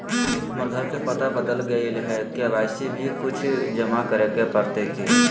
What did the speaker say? हमर घर के पता बदल गेलई हई, के.वाई.सी में कुछ जमा करे पड़तई की?